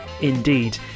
indeed